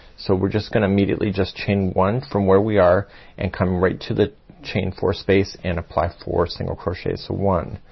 so we're just gonna immediately just chain one from where we are and come right to the chain four space and apply four single crochet. so one,